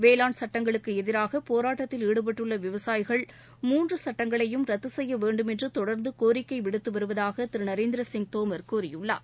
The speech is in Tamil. வேளாண் சட்டங்களுக்கு எதிராக போராட்டத்தில் ஈடுபட்டுள்ள விவசாயிகள் மூன்று சட்டங்களையும் ரத்து சுய்ய வேண்டும் என்று தொடர்ந்து கோரிக்கை விடுத்து வருவதாக திரு நரேந்திர சிங் தோமர் கூறியுள்ளார்